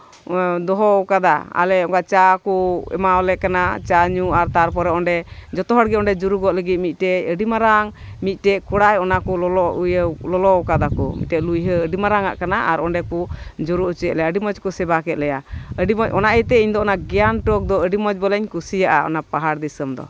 ᱫᱚᱦᱚ ᱠᱟᱫᱟ ᱟᱞᱮ ᱚᱱᱠᱟ ᱪᱟ ᱠᱚ ᱮᱢᱟᱣᱞᱮ ᱠᱟᱱᱟ ᱪᱟ ᱧᱩ ᱟᱨ ᱛᱟᱨᱯᱚᱨᱮ ᱚᱸᱰᱮ ᱡᱚᱛᱚ ᱦᱚᱲ ᱜᱮ ᱚᱸᱰᱮ ᱡᱩᱨᱩᱜᱚᱜ ᱞᱟᱹᱜᱤᱫ ᱢᱤᱫᱴᱮᱡ ᱟᱹᱰᱤ ᱢᱟᱨᱟᱝ ᱢᱤᱫᱴᱟᱝ ᱠᱚᱲᱟᱭ ᱚᱱᱟ ᱠᱚ ᱞᱚᱞᱚ ᱤᱭᱟᱹ ᱞᱚᱞᱚ ᱠᱟᱫᱟ ᱠᱚ ᱢᱤᱫᱴᱮᱡ ᱞᱩᱭᱦᱟᱹᱟᱹᱰᱤ ᱢᱟᱨᱟᱝ ᱟᱜ ᱠᱟᱱᱟ ᱟᱨ ᱚᱸᱰᱮ ᱠᱚ ᱡᱩᱨᱩᱜ ᱠᱮᱜ ᱞᱮᱭᱟ ᱟᱹᱰᱤ ᱢᱚᱡᱽ ᱠᱚ ᱥᱮᱵᱟ ᱠᱮᱜ ᱞᱮᱭᱟ ᱟᱹᱰᱤ ᱢᱚᱡᱽ ᱚᱱᱟ ᱤᱭᱟᱹᱛᱮ ᱤᱧᱫᱚ ᱚᱱᱟ ᱜᱮᱝᱴᱚᱠ ᱟᱹᱰᱤ ᱢᱚᱡᱽ ᱵᱚᱞᱮᱧ ᱠᱩᱥᱤᱭᱟᱜᱼᱟ ᱚᱱᱟ ᱯᱟᱦᱟᱲ ᱫᱤᱥᱚᱢ ᱫᱚ